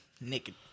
naked